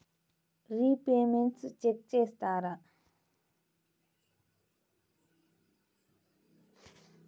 Repayments check చేస్తారా?